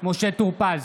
משה טור פז,